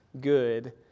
good